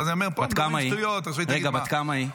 ואז אני אומר: פה מדברים שטויות --- בת כמה היא?